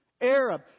Arab